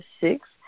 six